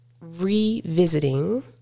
revisiting